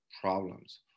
problems